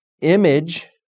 image